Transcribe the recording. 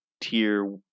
tier